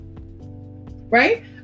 right